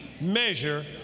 measure